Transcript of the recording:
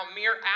mere